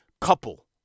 Couple